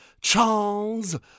Charles